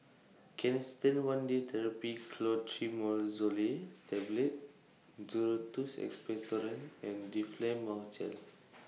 Canesten one Day Therapy Clotrimazole Tablet Duro Tuss Expectorant and Difflam Mouth Gel